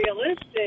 realistic